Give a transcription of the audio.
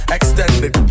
Extended